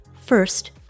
First